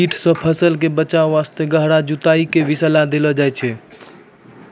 कीट सॅ फसल कॅ बचाय वास्तॅ गहरा जुताई के भी सलाह देलो जाय छै